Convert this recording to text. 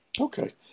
Okay